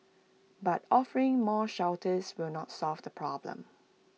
but offering more shelters will not solve the problem